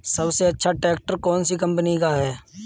सबसे अच्छा ट्रैक्टर कौन सी कम्पनी का है?